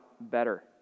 better